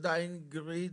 תודה אינגריד.